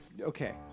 Okay